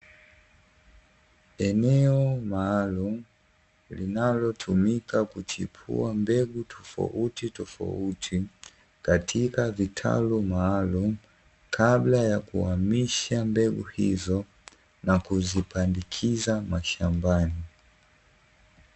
Eneo maalumu linalotumika kuchipua mbegu tofautitofauti katika vitalu maalumu, kabla ya kuhamisha mbegu hizo, na kuzipandikiza mashambani.